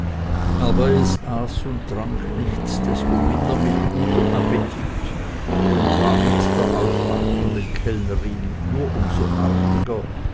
aber es aß und trank nichtsdestominder mit gutem appetit und war mit der aufwartenden kellnerin nur um so artiger